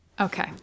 Okay